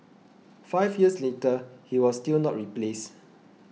five years later he was still not replaced